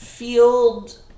Field